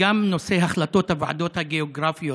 גם נושא החלטות הוועדות הגיאוגרפיות,